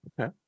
okay